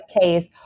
case